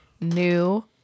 new